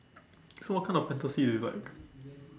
so what kind of fantasy do you like